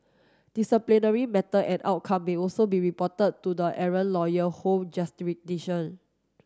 disciplinary matter and outcome may also be reported to the errant lawyer home